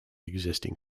existing